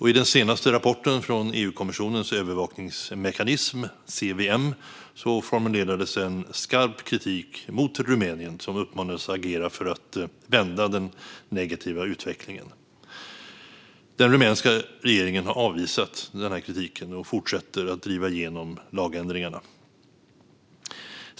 I den senaste rapporten från EU-kommissionens övervakningsmekanism CVM formulerades skarp kritik mot Rumänien, som uppmanades agera för att vända den negativa utvecklingen. Den rumänska regeringen har avvisat denna kritik och fortsätter att driva igenom lagändringarna.